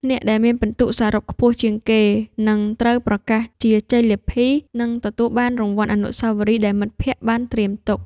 អ្នកដែលមានពិន្ទុសរុបខ្ពស់ជាងគេនឹងត្រូវប្រកាសជាជ័យលាភី និងទទួលបានរង្វាន់អនុស្សាវរីយ៍ដែលមិត្តភក្តិបានត្រៀមទុក។